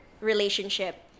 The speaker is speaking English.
relationship